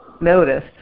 noticed